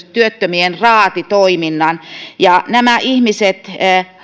työttömien raatitoiminnan nämä ihmiset